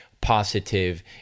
positive